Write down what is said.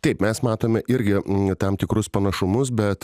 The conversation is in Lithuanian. taip mes matome irgi tam tikrus panašumus bet